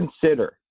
consider